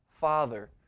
Father